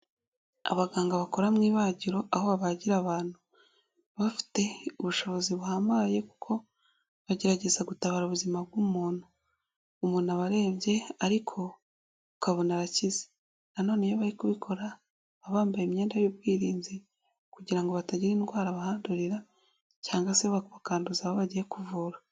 Abaganga bakora mu ibagiro aho bagira abantu. Baba bafite ubushobozi buhambaye kuko bagerageza gutabara ubuzima bw'umuntu. Umuntu aba arembye ariko ukabona arakize. Nanone iyo bari kubikora baba bambaye imyenda y'ubwirinzi kugira ngo batagira indwara bahandurira cyangwa se bakanduza abo bagiye kuvura.